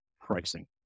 pricing